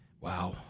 Wow